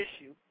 issue